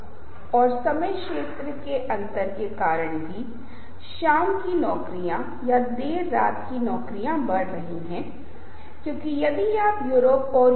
उपयोगी यह कुछ सामाजिक समायोजन करने की दिशा में उन्मुख है यह हमें विशिष्ट समूहों को संदर्भित करने में मदद करता है यह पता लगाने में कि मैं उन समूहों या उस मामले के लिए निर्णय लेने वाले कुछ समूहों के संदर्भ में कहां खड़ा हूं